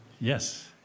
yes